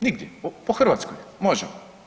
Nigdje, po Hrvatskoj možemo.